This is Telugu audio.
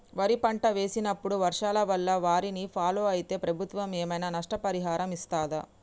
వరి పంట వేసినప్పుడు వర్షాల వల్ల వారిని ఫాలో అయితే ప్రభుత్వం ఏమైనా నష్టపరిహారం ఇస్తదా?